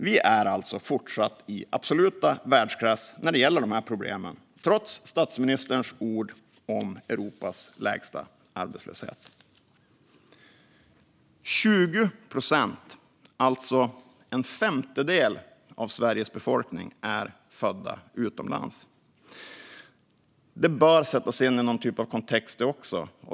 Vi är alltså fortsatt i absolut världsklass när det gäller de här problemen, trots statsministerns ord om Europas lägsta arbetslöshet. Fru talman! 20 procent, alltså en femtedel av Sveriges befolkning, är födda utomlands. Det bör sättas in i någon typ av kontext, det också.